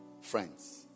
Friends